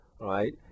right